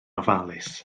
ofalus